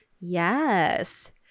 Yes